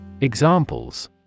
Examples